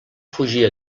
fugir